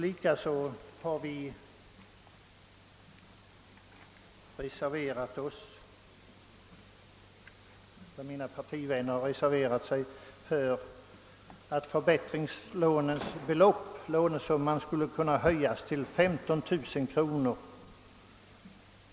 Likaså har mina partivänner reserverat sig för att lånesumman för förbättringslån skulle höjas till 15 000 kronor.